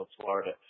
florida